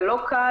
זה לא קל.